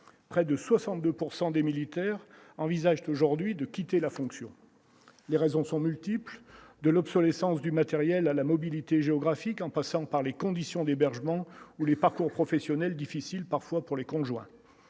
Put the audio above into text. près de 62 pourcent des militaires envisage aujourd'hui de quitter la fonction, les raisons sont multiples de l'obsolescence du matériel à la mobilité géographique, en passant par les conditions d'hébergement ou les parcours professionnels, difficile parfois pour les conjoints